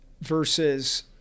versus